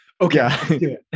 Okay